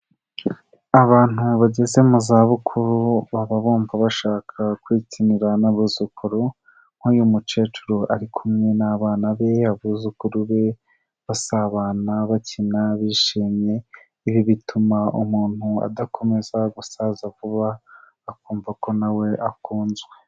Abantu bageze mu zabukuru baba bumva bashaka kwikinira n'abuzukuru, nk'uyu mukecuru ari kumwe n'abana be, abuzukuru be, basabana, bakina, bishimiye, ibi bituma umuntu adakomeza gusaza vuba, akumva ko nawe akunzwe.